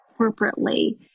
corporately